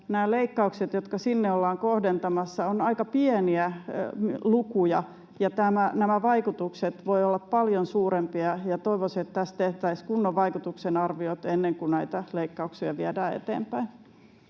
Nämä leikkaukset, jotka sinne ollaan kohdentamassa, ovat aika pieniä lukuja, mutta vaikutukset voivat olla paljon suurempia. Toivoisin, että tästä tehtäisiin kunnon vaikutusarviot ennen kuin näitä leikkauksia viedään eteenpäin.